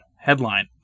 headline